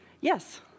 Yes